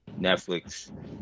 Netflix